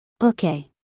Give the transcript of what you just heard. Okay